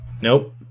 nope